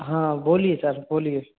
हाँ बोलिए सर बोलिए